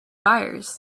buyers